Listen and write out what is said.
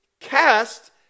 cast